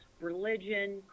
religion